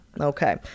okay